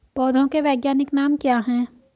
पौधों के वैज्ञानिक नाम क्या हैं?